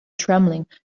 trembling